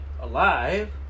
alive